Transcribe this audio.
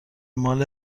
مال